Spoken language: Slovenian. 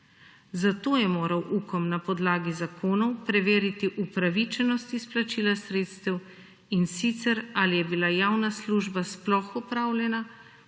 zato je moral UKOM na podlagi zakonov preveriti upravičenost izplačila sredstev in sicer ali je bila javna služba sploh opravljena,